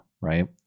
right